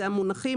אלה המונחים.